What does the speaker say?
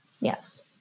Yes